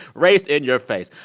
race in your face.